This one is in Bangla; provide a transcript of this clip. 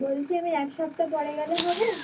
বলছি আমি এক সপ্তাহ পরে গেলে হবে